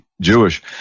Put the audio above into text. Jewish